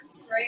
right